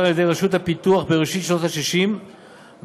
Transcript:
על ידי רשות הפיתוח בראשית שנות ה-60 והועבר,